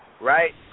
right